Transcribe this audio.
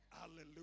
Hallelujah